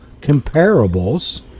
comparables